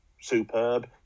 superb